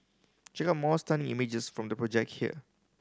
check out more stunning images from the project here